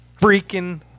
freaking